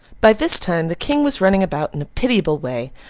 by this time the king was running about in a pitiable way,